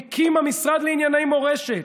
מקים המשרד לענייני מורשת,